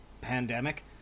pandemic